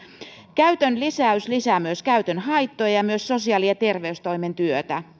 käytön lisäys lisää myös käytön haittoja ja myös sosiaali ja terveystoimen työtä